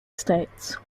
states